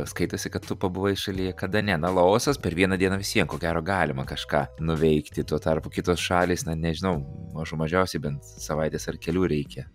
skaitosi kad tu pabuvai šalyje kada ne na laosas per vieną dieną vis vien ko gero galima kažką nuveikti tuo tarpu kitos šalys na nežinau mažų mažiausiai bent savaitės ar kelių reikia